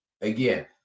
again